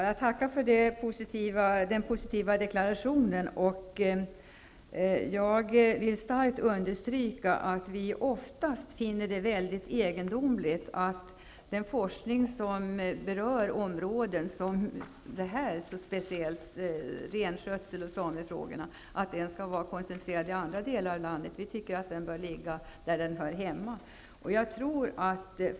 Herr talman! Jag tackar för den positiva deklarationen. Jag vill starkt understryka att vi oftast finner det egendomligt att den forskning som berör områden som renskötsel och samefrågor skall vara koncentrerad till andra delar av landet. Den bör ligga där den hör hemma.